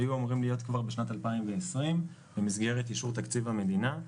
היו אמורים להיות כבר בשנת 2020 במסגרת אישור תקציב המדינה.